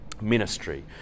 ministry